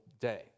day